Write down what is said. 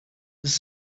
this